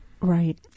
Right